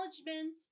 acknowledgement